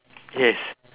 yes